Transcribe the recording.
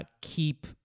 keep